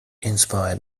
inspired